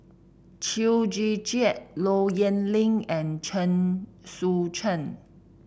Chew Joo Chiat Low Yen Ling and Chen Sucheng